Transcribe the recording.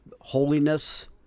holiness